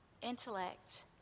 intellect